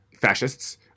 fascists